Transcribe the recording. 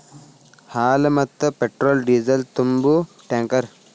ಹಾಲ, ಮತ್ತ petrol diesel ತುಂಬು ಟ್ಯಾಂಕರ್